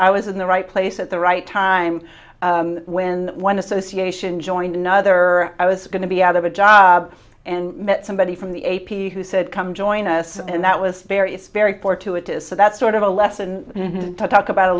i was in the right place at the right time when one association joined another i was going to be out of a job and met somebody from the a p who said come join us and that was very very fortuitous so that's sort of a lesson to talk a